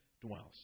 dwells